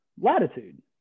latitude